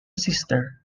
sister